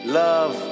love